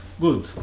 Good